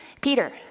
Peter